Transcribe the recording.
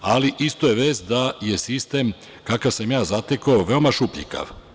Ali, isto je vest da je sistem kakav sam ja zatekao veoma šupljikav.